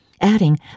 adding